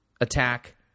attack